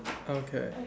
okay